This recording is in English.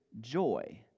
joy